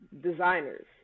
Designers